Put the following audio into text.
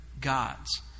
gods